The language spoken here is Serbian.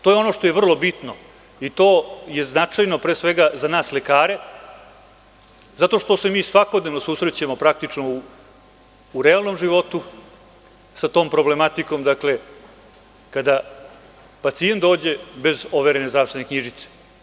To je ono što je vrlo bitno i to je značajno pre svega za nas lekare zato što se mi svakodnevno susrećemo praktično u realnom životu sa tom problematikom kada pacijent dođe bez overene zdravstvene knjižice.